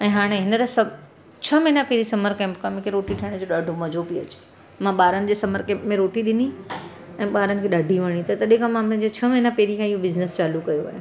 ऐं हाणे हींअर सभु छह महीना पहिरियों समर कैंप खां मूंखे रोटी ठाहिण जो ॾाढो मज़ो पियो अचे मां ॿारनि जे समर कैंप में रोटी ॾिनी ऐं ॿारनि खे ॾाढी वणी त तॾहिं खां मां हुननि जे छह महीना पहरियों खां इहो बिज़निस चालू कयो